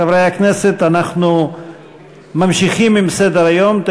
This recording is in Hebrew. חברי הכנסת, אנחנו ממשיכים בסדר-היום.